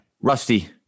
Rusty